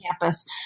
campus